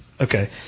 Okay